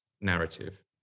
narrative